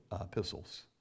epistles